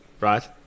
right